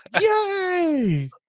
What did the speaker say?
Yay